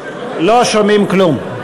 לא שומעים כלום.